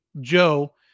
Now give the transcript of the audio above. Joe